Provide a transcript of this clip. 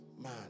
man